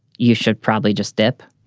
you should probably just dip.